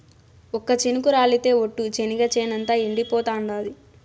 ఒక్క చినుకు రాలితె ఒట్టు, చెనిగ చేనంతా ఎండిపోతాండాది